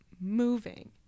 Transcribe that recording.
moving